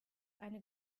eine